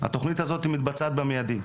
התוכנית הזאת מתבצעת במיידי.